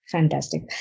Fantastic